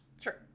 Sure